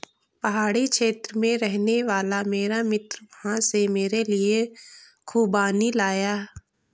पहाड़ी क्षेत्र में रहने वाला मेरा मित्र वहां से मेरे लिए खूबानी लाया